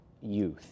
youth